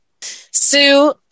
Sue